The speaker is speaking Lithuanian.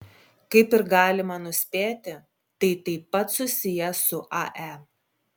kaip ir galima nuspėti tai taip pat susiję su ae